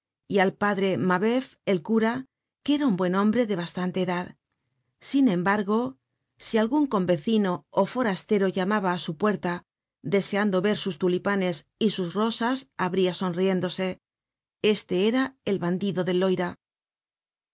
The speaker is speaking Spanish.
y al padre mabeuf el cura que era un buen hombre de bastante edad sin embargo si algun convecino ó forastero llamaba á su puerta deseando ver sus tulipanes y sus rosas abria sonrjéndose este era el bandido del loira